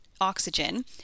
oxygen